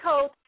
code